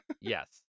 Yes